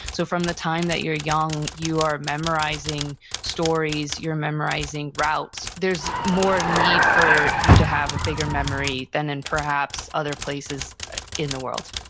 so from the time that you're young, you are memorizing stories. you're memorizing routes there's more need for you to have a bigger memory than in perhaps other places in the world